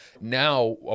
Now